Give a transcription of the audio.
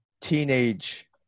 teenage